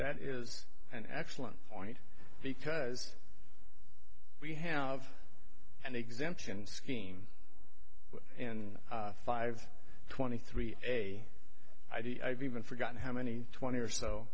that is an excellent point because we have an exemption scheme in five twenty three a id i've even forgotten how many twenty or so